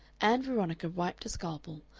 ann veronica wiped a scalpel,